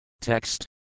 Text